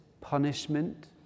punishment